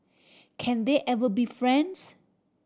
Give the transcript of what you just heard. can they ever be friends